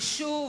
ושוב,